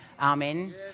amen